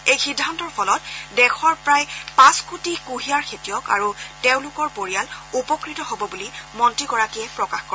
এই সিদ্ধান্তৰ ফলত দেশৰ প্ৰায় পাঁচ কোটি কুঁহিয়াৰ খেতিয়ক আৰু তেওঁলোকৰ পৰিয়াল উপকৃত হব বুলি মন্ত্ৰীগৰাকীয়ে প্ৰকাশ কৰে